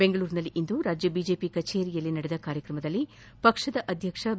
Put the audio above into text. ಬೆಂಗಳೂರಿನಲ್ಲಿಂದು ರಾಜ್ಯ ಬಿಜೆಪಿ ಕಚೇರಿಯಲ್ಲಿ ನಡೆದ ಕಾರ್ಯಕ್ರಮದಲ್ಲಿ ಪಕ್ಷದ ಅಧ್ಯಕ್ಷ ಬಿ